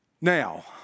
Now